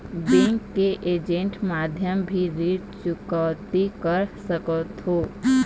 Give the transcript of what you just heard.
Bank के agent माध्यम भी ऋण चुकौती कर सकथों?